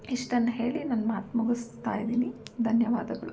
ಇಷ್ಟನ್ನು ಹೇಳಿ ನನ್ನ ಮಾತು ಮುಗುಸ್ತಾಯಿದೀನಿ ಧನ್ಯವಾದಗಳು